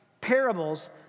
parables